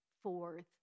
fourth